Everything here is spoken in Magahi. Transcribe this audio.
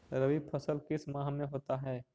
रवि फसल किस माह में होता है?